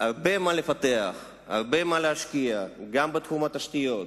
הרבה מה לפתח, הרבה מה להשקיע, גם בתחום התשתיות,